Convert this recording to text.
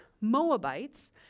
Moabites